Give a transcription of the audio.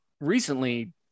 recently